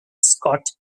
scott